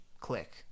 click